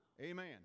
Amen